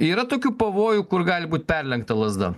yra tokių pavojų kur gali būt perlenkta lazda